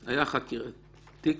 והיה תיק